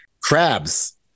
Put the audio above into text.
crabs